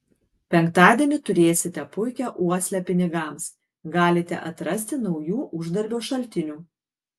penktadienį turėsite puikią uoslę pinigams galite atrasti naujų uždarbio šaltinių